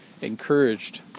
encouraged